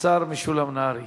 השר משולם נהרי